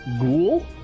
ghoul